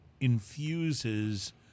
infuses